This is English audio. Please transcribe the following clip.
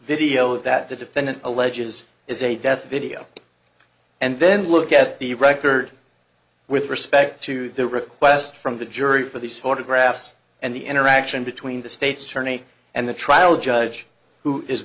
video that the defendant alleges is a death video and then look at the record with respect to the request from the jury for these photographs and the interaction between the state's attorney and the trial judge who is